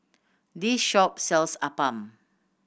this shop sells Appam